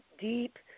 deep